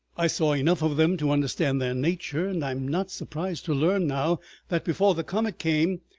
i saw enough of them to understand their nature, and i am not surprised to learn now that before the comet came,